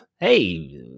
Hey